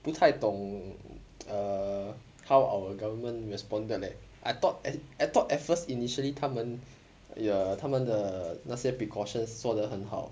不太懂 err how our government respond leh I thought I thought at first initially 他们 ya 他们的那些 precautions 做得很好